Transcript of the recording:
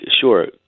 sure